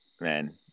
man